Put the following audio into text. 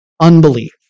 Unbelief